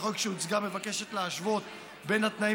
הצעת החוק שהוצגה מבקשת להשוות את התנאים